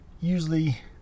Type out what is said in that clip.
usually